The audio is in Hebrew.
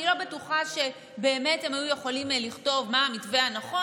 אני לא בטוחה שבאמת הם היו יכולים לכתוב מה המתווה הנכון,